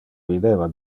videva